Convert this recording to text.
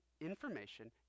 information